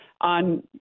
on